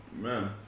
man